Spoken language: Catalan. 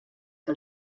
que